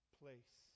place